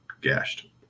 gashed